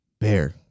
bear